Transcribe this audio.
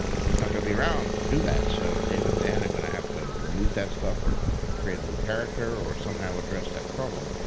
he's not gonna be around to do that. so, david and dan are gonna have to remove that stuff or create a new character or somehow address that problem.